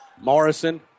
Morrison